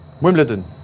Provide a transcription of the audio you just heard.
Wimbledon